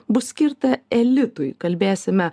bus skirta elitui kalbėsime